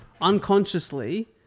unconsciously